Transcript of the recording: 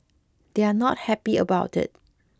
they're not happy about it